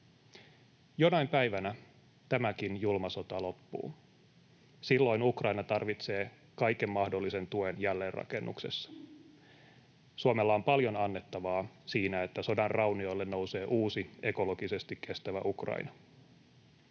Jonain päivänä tämäkin julma sota loppuu. Silloin Ukraina tarvitsee kaiken mahdollisen tuen jälleenrakennuksessa. Suomella on paljon annettavaa siinä, että sodan raunioille nousee uusi, ekologisesti kestävä Ukraina.